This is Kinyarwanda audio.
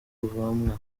ruvumwa